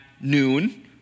noon